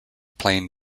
plane